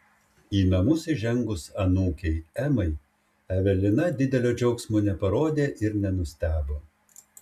į namus įžengus anūkei emai evelina didelio džiaugsmo neparodė ir nenustebo